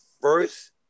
first